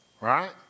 right